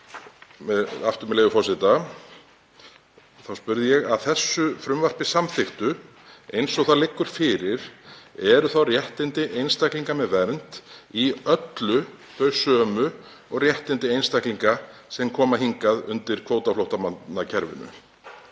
aftur með leyfi forseta: „Að þessu frumvarpi samþykktu, eins og það liggur fyrir, eru þá réttindi einstaklinga með vernd í öllu þau sömu og réttindi einstaklinga sem koma hingað undir kvótaflóttamannakerfinu?“